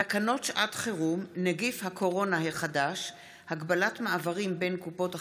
תקנות שעת חירום (נגיף הקורונה החדש) (הגבלת מעברים בין קופות החולים),